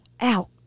out